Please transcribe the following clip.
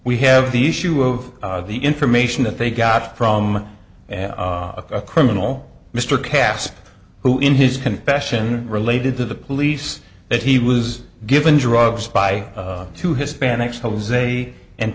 we have the issue of the information that they got from a criminal mr cass who in his confession related to the police that he was given drugs by two hispanics jose and